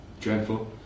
dreadful